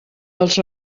dels